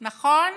נכון,